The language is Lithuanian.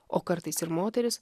o kartais ir moterys